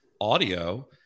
audio